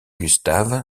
gustave